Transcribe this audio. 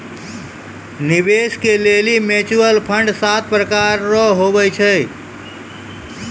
निवेश के लेली म्यूचुअल फंड सात प्रकार रो हुवै छै